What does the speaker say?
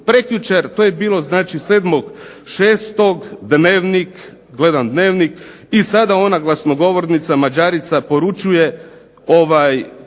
prekjučer to je bilo znači 7.6. "Dnevnik", gledam "Dnevnik" i sada ona glasnogovornica Mađarica poručuje kaže